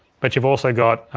but you've also got